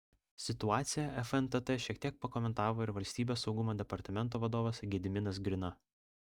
situaciją fntt šiek tiek pakomentavo ir valstybės saugumo departamento vadovas gediminas grina